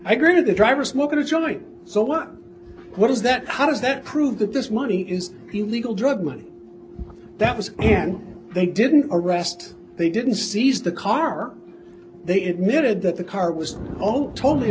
i granted the driver smoking a joint so what what does that how does that prove that this money is illegal drug money that was again they didn't arrest they didn't seize the car they admitted that the car was oh totally